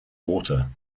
water